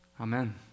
Amen